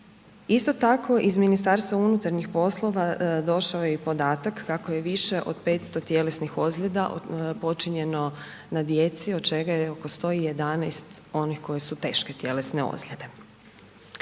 Isto tako iz Ministarstva unutarnjih poslova došao je i podatak kako je više od 500 tjelesnih ozljeda počinjeno na djeci od čega je oko 111 onih koji su teške tjelesne ozljede.